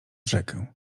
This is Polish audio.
rzekę